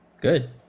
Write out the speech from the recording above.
Good